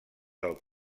del